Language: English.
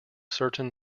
certain